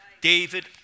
David